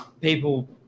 people